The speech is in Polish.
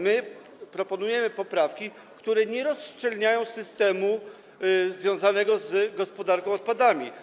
My proponujemy poprawki, które nie rozszczelniają systemu związanego z gospodarką odpadami.